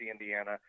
Indiana